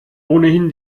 ohnehin